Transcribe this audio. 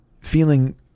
feeling